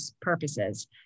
purposes